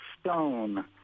stone